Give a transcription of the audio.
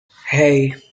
hey